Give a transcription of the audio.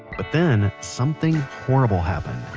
but then something horrible happened